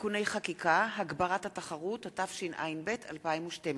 (תיקוני חקיקה) (הגברת התחרות), התשע"ב 2012,